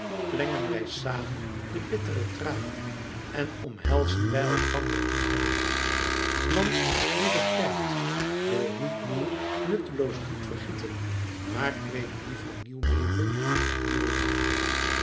plengen wij samen de bittere tranen en omhelzen wij elkander lief hebbend want wie begrijpt wil niet nieuw nutteloos bloed vergieten maar kweekt liever nieuw leven en nieuwe liefde